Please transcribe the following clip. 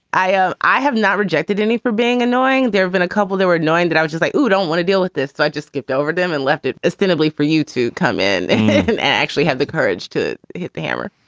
i know. ah i have not rejected any for being annoying. there have been a couple, there were nine that i was just i don't want to deal with this. i just skipped over them and left it ostensibly for you to come in and actually have the courage to hit the hammer.